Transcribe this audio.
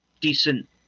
decent